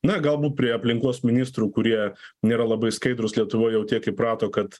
na galbūt prie aplinkos ministrų kurie nėra labai skaidrūs lietuvoj jau tiek įprato kad